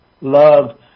love